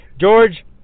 George